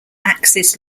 axis